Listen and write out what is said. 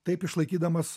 taip išlaikydamas